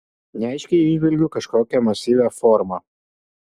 neaiškiai įžvelgiu kažkokią masyvią formą